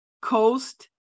Coast